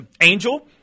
Angel